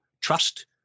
trust